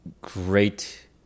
great